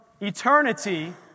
eternity